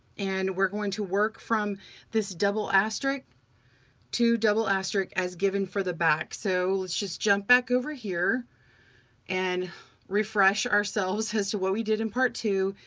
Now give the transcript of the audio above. and we're going to work from this double asterisk to double asterisk as given for the back. so let's just jump back over here and refresh ourselves as to what we did in part two.